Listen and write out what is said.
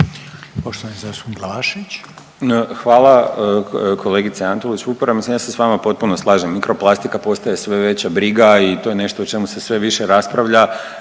Bojan (Nezavisni)** Hvala kolegice Antolić Vupora. Mislim, ja se s vama potpuno slažem, mikroplastika postaje sve veća briga i to je nešto o čemu se sve više raspravlja